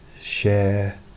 share